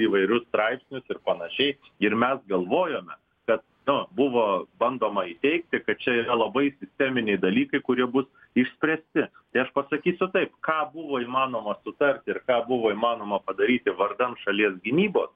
įvairius straipsnius ir panašiai ir mes galvojome kad nu buvo bandoma įteigti kad čia yra labai sisteminiai dalykai kurie bus išspręsti tai aš pasakysiu taip ką buvo įmanoma sutarti ir ką buvo įmanoma padaryti vardan šalies gynybos